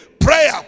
Prayer